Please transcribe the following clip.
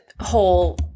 whole